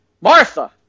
Martha